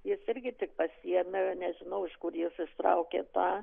jis irgi tik pasiėmė nežinau iš kur jis ištraukė tą